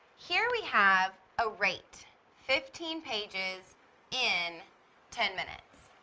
here we have a rate fifteen pages in ten minutes.